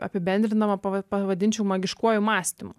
apibendrinama pava pavadinčiau magiškuoju mąstymu